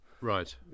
Right